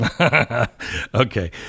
okay